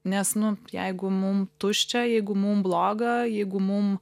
nes nu jeigu mum tuščia jeigu mum bloga jeigu mum